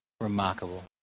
remarkable